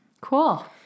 Cool